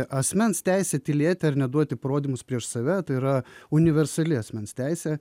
asmens teisė tylėti ar neduoti parodymus prieš save tai yra universali asmens teisė